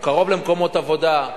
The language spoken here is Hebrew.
קרוב למקומות עבודה.